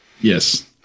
Yes